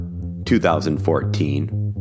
2014